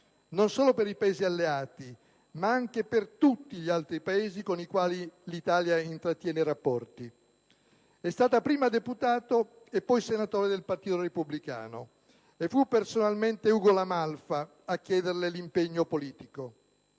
non solo per i Paesi alleati, ma anche per tutti gli altri Paesi con i quali l'Italia intrattiene rapporti. È stata prima deputato e poi senatore del Partito Repubblicano: fu personalmente Ugo La Malfa a chiederle l'impegno politico.